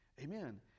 Amen